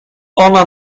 ona